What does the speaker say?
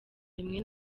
rimwe